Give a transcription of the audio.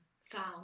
sound